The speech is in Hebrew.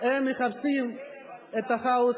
הם מחפשים את הכאוס,